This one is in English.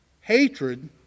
hatred